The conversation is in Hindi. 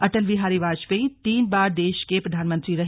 अटल बिहारी वाजपेयी तीन बार देश के प्रधानमंत्री रहे